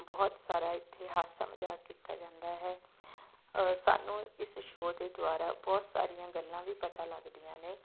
ਬਹੁਤ ਸਾਰਾ ਇਥੇ ਹਾਸਾ ਮਜ਼ਾਕ ਕੀਤਾ ਜਾਂਦਾ ਹੈ ਸਾਨੂੰ ਇਸ ਸ਼ੋਅ ਦੇ ਦੁਆਰਾ ਬਹੁਤ ਸਾਰੀਆਂ ਗੱਲਾਂ ਵੀ ਪਤਾ ਲੱਗਦੀਆਂ ਨੇ